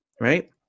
right